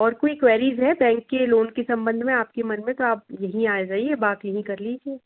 और कोई क्वेरीज़ है बैंक के लोन के संबंध में आपके मन में तो आप यही आ जाइए बात यहीं कर लीजिए